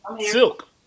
Silk